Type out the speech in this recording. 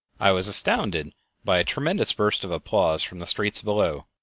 i was astounded by a tremendous burst of applause from the streets below,